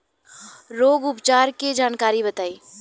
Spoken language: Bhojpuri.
रोग उपचार के जानकारी बताई?